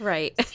Right